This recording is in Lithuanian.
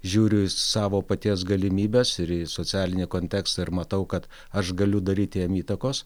žiūriu į savo paties galimybes ir socialinį kontekstą ir matau kad aš galiu daryti jam įtakos